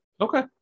Okay